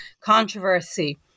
controversy